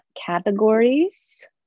categories